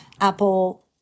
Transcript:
Apple